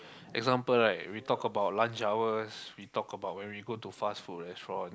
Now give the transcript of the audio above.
example right we talk about lunch hours we talk about when we go to fast food restaurant